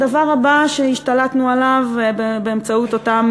הדבר הבא שהשתלטנו עליו באמצעות אותם